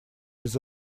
без